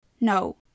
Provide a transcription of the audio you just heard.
No